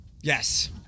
Yes